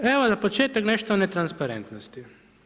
Evo na početku nešto o netransparentnosti.